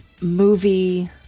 movie